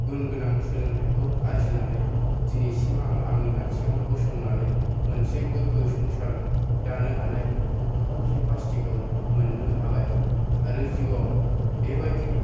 गुन गोनां सोलोंथाइखौ आरजिनानै दिनैसिम आं आंनि आथिङाव गसंनानै मोनसे गोगो संसार दानो हानाय केपासिटिखौ मोननो हाबाय आरो जिउआव बेबायदि